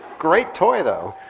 great toy though!